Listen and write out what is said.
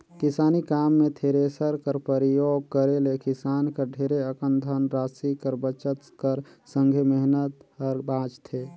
किसानी काम मे थेरेसर कर परियोग करे ले किसान कर ढेरे अकन धन रासि कर बचत कर संघे मेहनत हर बाचथे